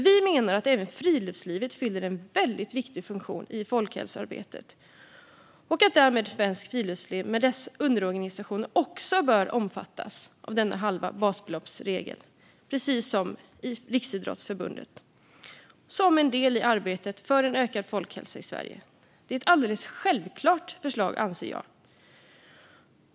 Vi menar att även friluftslivet fyller en väldigt viktig funktion i folkhälsoarbetet och att Svenskt Friluftsliv med dess underorganisationer därmed också bör omfattas av denna regel om halvt basbelopp, precis som Riksidrottsförbundet, som en del i arbetet för en ökad folkhälsa i Sverige. Det är ett alldeles självklart förslag, anser jag.